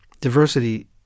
diversity